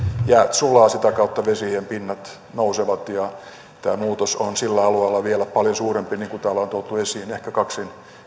sulavat sitä kautta vesienpinnat nousevat ja tämä muutos on sillä alueella vielä paljon suurempi niin kuin täällä on tuotu esiin ehkä kaksin